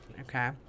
okay